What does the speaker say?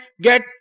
get